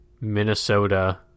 Minnesota